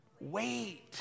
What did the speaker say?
Wait